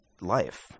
life